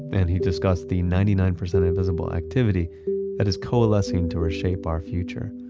and he discussed the ninety nine percent invisible activity that is coalescing to shape our future.